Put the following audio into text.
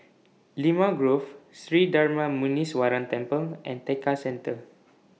Limau Grove Sri Darma Muneeswaran Temple and Tekka Centre